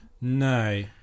No